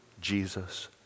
Jesus